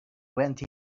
went